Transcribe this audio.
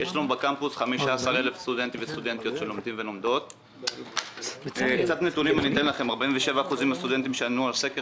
51% מהסטודנטים והסטודנטיות אשר ענו על הסקר